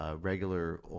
regular